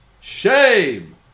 Shame